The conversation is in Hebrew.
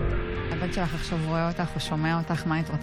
יושב-ראש הישיבה, אני מתכבד